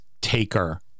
taker